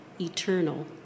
eternal